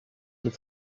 mit